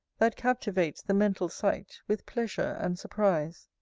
that captivates the mental sight with pleasure and surprise